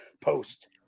post